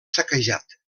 saquejat